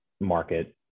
market